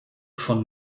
schon